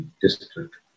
District